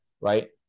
right